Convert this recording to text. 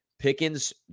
Pickens